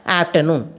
afternoon